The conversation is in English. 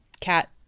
cat